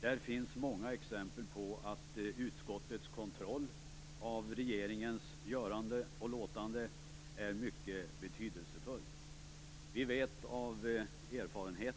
Där finns många exempel på att utskottets kontroll av regeringens göranden och låtanden är mycket betydelsefull. Vi vet av erfarenhet